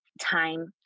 time